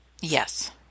Yes